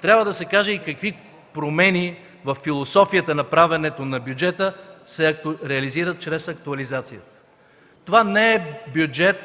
Трябва да се каже и какви промени във философията на правенето на бюджета се реализират чрез актуализацията. Това не е бюджет